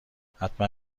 حتما